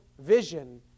vision